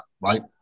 right